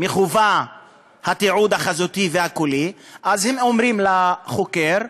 מחובת התיעוד החזותי והקולי, אז אומרים לחוקרים: